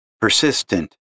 persistent